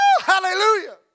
hallelujah